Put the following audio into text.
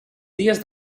dies